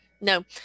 no